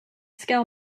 scale